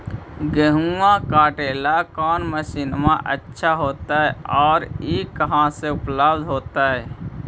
गेहुआ काटेला कौन मशीनमा अच्छा होतई और ई कहा से उपल्ब्ध होतई?